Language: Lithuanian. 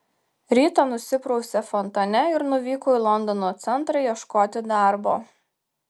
rytą nusiprausė fontane ir nuvyko į londono centrą ieškoti darbo